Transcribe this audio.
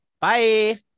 Bye